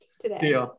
today